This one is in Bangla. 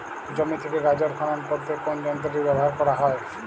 জমি থেকে গাজর খনন করতে কোন যন্ত্রটি ব্যবহার করা হয়?